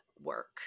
work